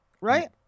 right